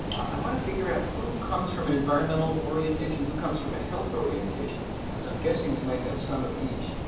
i want to figure out who comes from an environmental orientation, who comes from a health orientation. because i'm guessing we might have some of each,